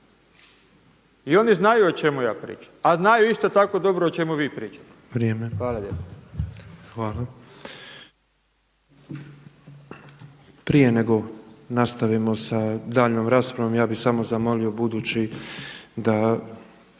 i oni znaju o čemu ja pričam a znaju isto tako dobro o čemu vi pričate. Hvala lijepo. **Petrov, Božo (MOST)** Prije nego što nastavimo sa daljnjom raspravom ja bih samo zamolio budući da